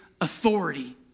authority